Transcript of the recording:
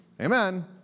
Amen